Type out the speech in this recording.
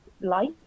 light